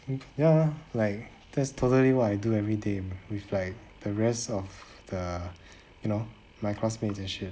ya ya that's totally what I do every day with like the rest of the you know my classmates and shit